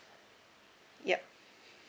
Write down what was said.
yup